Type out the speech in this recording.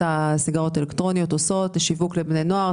הסיגריות האלקטרוניות - שיווק לבני נוער,